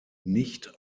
nicht